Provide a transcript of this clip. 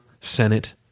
senate